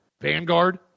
Vanguard